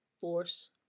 force